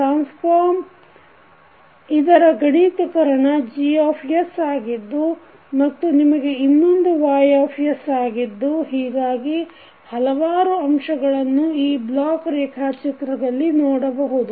transform ಇದರ ಗಣಿತಕರಣ G ಆಗಿದ್ದು ಮತ್ತು ನಿಮಗೆ ಇನ್ನೊಂದು Y ಆಗಿದ್ದು ಹೀಗಾಗಿ ಹಲವಾರು ಅಂಶಗಳನ್ನು ಈ ಬ್ಲಾಕ್ ರೇಖಾಚಿತ್ರದಲ್ಲಿ ನೋಡಬಹುದು